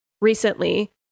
recently